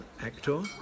actor